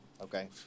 okay